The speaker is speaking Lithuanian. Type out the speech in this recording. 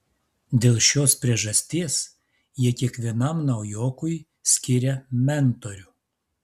dėl šios priežasties jie kiekvienam naujokui skiria mentorių